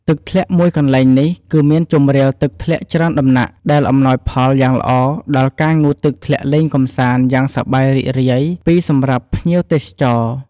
ទឹកធ្លាក់មួយកន្លែងនេះគឺមានជម្រាលទឹកធ្លាក់ច្រើនដំណាក់ដែល អំណោយផលយ៉ាងល្អដល់ការងូតទឹកធ្លាក់លេងកម្សាន្ដយ៉ាងសប្បាយរីករាយពីសម្រាប់ភ្ញៀវទេសចរ ។